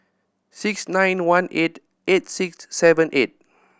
six nine one eight eight six seven eight